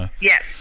Yes